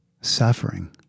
suffering